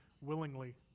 willingly